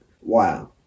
Wow